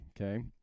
Okay